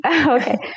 Okay